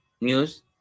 News